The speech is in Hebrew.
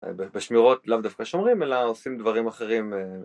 בשמירות לאו דווקא שומרים אלא עושים דברים אחרים.